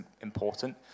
important